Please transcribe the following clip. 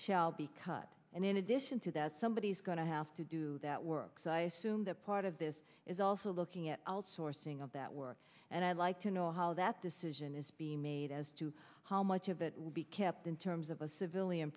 shall be cut and in addition to that somebody is going to have to do that work so i assume that part of this is also looking at outsourcing of that work and i'd like to know how that decision is being made as to how much of it will be kept in terms of a civilian